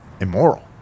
immoral